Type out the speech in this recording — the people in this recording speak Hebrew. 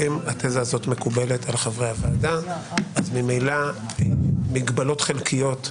אז ממילא מגבלות חלקיות,